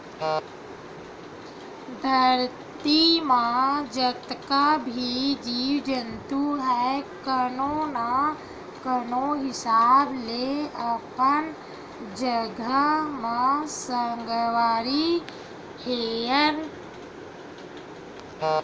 धरती म जतका भी जीव जंतु हे कोनो न कोनो हिसाब ले अपन जघा म संगवारी हरय